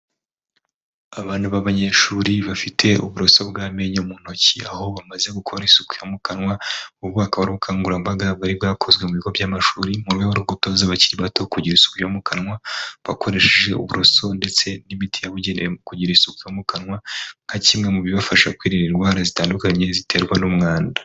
Abana b'abanyeshuri bafite uburoso bw'amenyo mu ntoki. Aho bamaze gukora isuku yo mu kanwa. Ubu akaba ari ubukangurambaga bwari bwakozwe mu bigo by'amashuri mu buryo bwo gutoza abakiri bato kugira isuku yo mu kanwa bakoresheje uburoso ndetse n'imiti yabugenewe kugira isuku yo mu kanwa, nka kimwe mu bibafasha kwirinda indwara zitandukanye ziterwa n'umwanda.